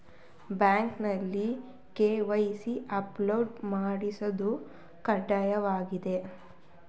ಬ್ಯಾಂಕ್ನಲ್ಲಿ KYC update ಮಾಡಿಸೋದು ಕಡ್ಡಾಯವಾಗಿದೆ